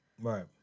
Right